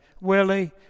Willie